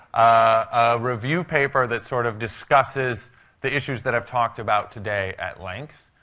a review paper that sort of discusses the issues that i've talked about today at length.